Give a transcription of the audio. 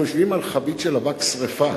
אנחנו יושבים על חבית של אבק שרפה.